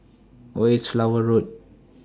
Where IS Flower Road